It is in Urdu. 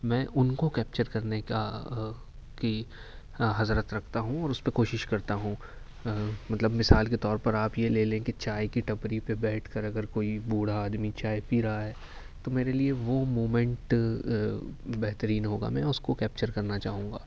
میں ان کو کیپچر کرنے کا کی حسرت رکھتا ہوں اور اس پہ کوشش کرتا ہوں مطلب مثال کے طور پر آپ یہ لے لیں کہ چائے کی ٹپری پہ بیٹھ کر اگر کوئی بوڑھا آدمی چائے پی رہا ہے تو میرے لیے وہ مومینٹ بہترین ہوگا میں اس کو کیپچر کرنا چاہوں گا